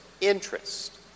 interest